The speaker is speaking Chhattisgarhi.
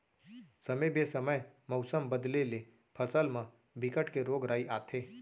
समे बेसमय मउसम बदले ले फसल म बिकट के रोग राई आथे